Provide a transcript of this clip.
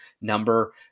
number